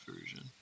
version